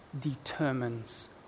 determines